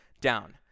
down